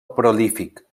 prolífic